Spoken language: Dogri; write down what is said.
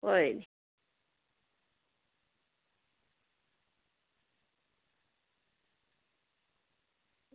कोई नि